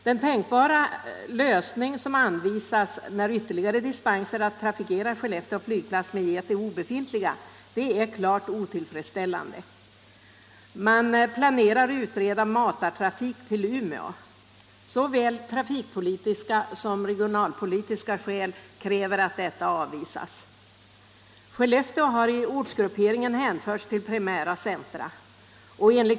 Den tänkbara lösning som står till buds, när ytterligare dispenser för att trafikera Skellefteå flygplats med jet är obefintliga, är klart otillfredsställande. Man planerar att utreda matartrafik till Umeå. Av såväl trafikpolitiska som regionalpolitiska skäl måste detta förslag avvisas. Skellefteå har i ortsgrupperingen hänförts till gruppen primära centra.